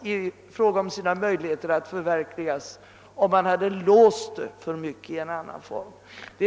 Det är